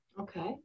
Okay